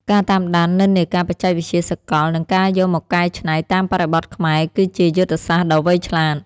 ការតាមដាននិន្នាការបច្ចេកវិទ្យាសកល និងការយកមកកែច្នៃតាមបរិបទខ្មែរគឺជាយុទ្ធសាស្ត្រដ៏វៃឆ្លាត។